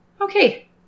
Okay